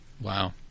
Wow